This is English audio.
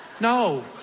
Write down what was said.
No